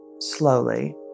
slowly